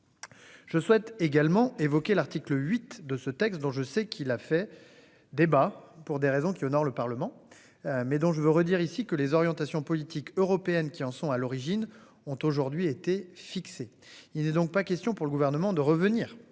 Je souhaite également évoquer l'article 8 de ce texte dont je sais qu'il a fait débat. Pour des raisons qui honore le Parlement. Mais dont je veux redire ici que les orientations politiques européennes qui en sont à l'origine, ont aujourd'hui été fixé, il n'est donc pas question pour le gouvernement de revenir